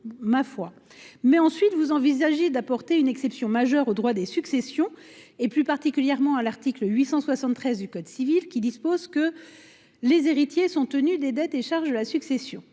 agir contre lui. Vous envisagez ensuite d’apporter une exception majeure au droit des successions, plus particulièrement à l’article 873 du code civil. Celui ci dispose que « les héritiers sont tenus des dettes et charges de la succession